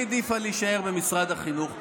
היא העדיפה להישאר במשרד החינוך,